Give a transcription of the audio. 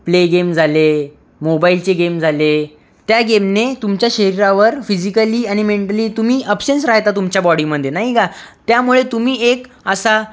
play game झाले मोबाईलचे game झाले त्या गेमने तुमच्या शरीरावर फिजिकली आणि मेंटली तुम्ही अबसेन्स राहता तुमच्या बॉडीमध्ये नाही का त्यामुळे तुम्ही एक असा